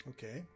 Okay